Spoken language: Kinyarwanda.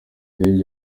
ndege